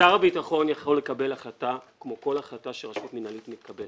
שר הביטחון יכול לקבל החלטה כמו כל החלטה שרשות מינהלית מקבלת.